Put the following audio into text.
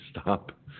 stop